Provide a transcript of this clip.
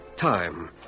time